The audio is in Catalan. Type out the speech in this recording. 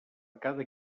cada